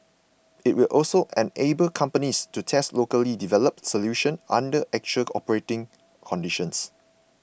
it will also enable companies to test locally developed solutions under actual operating conditions